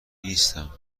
نیستم